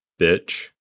Bitch